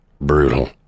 brutal